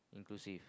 inclusive